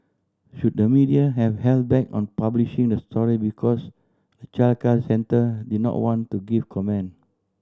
should the media have held back on publishing the story because the childcare centre did not want to give comment